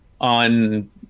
on